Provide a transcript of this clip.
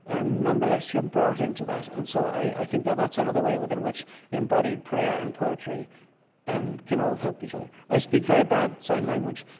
and nonetheless, you're brought into that. and so i think that that's another way in which embodied prayer and poetry and can all help each other. i speak very bad sign language,